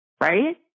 Right